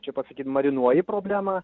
čia pasakyt marinuoji problemą